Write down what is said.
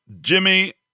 Jimmy